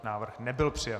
Návrh nebyl přijat.